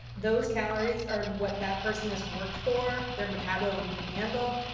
those calories or what that person has worked for, their metabolism can handle.